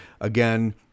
Again